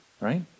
right